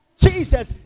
Jesus